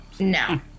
No